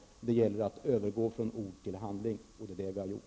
Det gäller att övergå från ord till handling, och det är det som vi har gjort.